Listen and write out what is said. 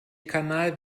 kanal